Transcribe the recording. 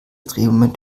drehmoment